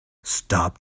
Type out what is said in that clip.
stop